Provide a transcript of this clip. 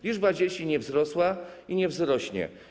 Liczba dzieci nie wzrosła i nie wzrośnie.